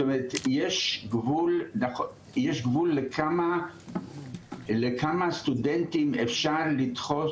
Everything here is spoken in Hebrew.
זאת אומרת יש גבול לכמה סטודנטים אפשר לדחוס